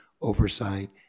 oversight